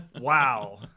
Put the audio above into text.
Wow